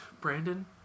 Brandon